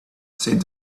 said